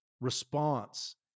response